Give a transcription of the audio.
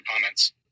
comments